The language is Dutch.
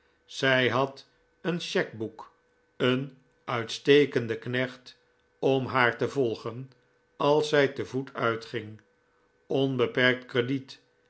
zij had een cheque boek een uitstekenden knecht om haar te volgen als zij te voet uitging onbeperkt crediet